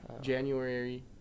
January